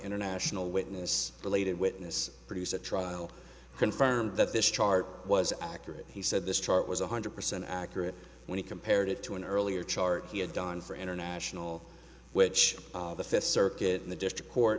international witness related witness produce at trial confirmed that this chart was accurate he said this chart was one hundred percent accurate when he compared it to an earlier chart he had done for international which the fifth circuit in the district court